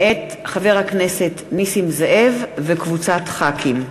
מאת חבר כנסת נסים זאב וקבוצת חברי הכנסת.